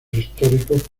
históricos